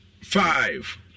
five